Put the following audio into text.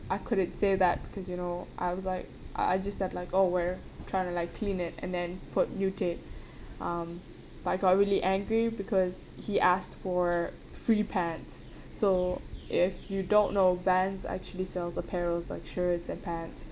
I couldn't say that because you know I was like I just said like oh we're trying to like clean it and then put new tape um but I got really angry because he asked for free pants so if you don't know Vans actually sells apparels like shirts and pants